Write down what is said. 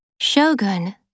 Shogun